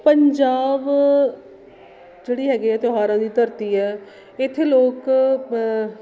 ਪੰਜਾਬ ਜਿਹੜੀ ਹੈਗੀ ਆ ਤਿਉਹਾਰਾਂ ਦੀ ਧਰਤੀ ਹੈ ਇੱਥੇ ਲੋਕ